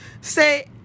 Say